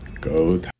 Go